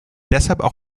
deshalb